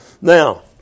Now